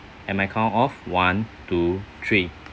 and my count of one two three